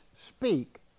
speak